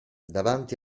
davanti